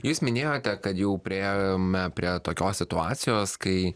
jūs minėjote kad jau priėjome prie tokios situacijos kai